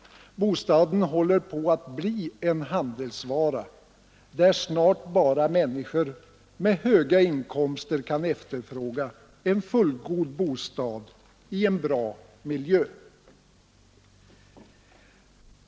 Bostaden håller på att bli en handelsvara, där snart bara människor med höga inkomster kan efterfråga en fullgod bostad och en bra miljö.